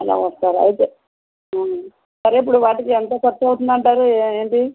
అలా వస్తారా అయితే సరే ఇప్పుడు వాటికి ఎంత ఖర్చవుతుందంటారు ఏంటి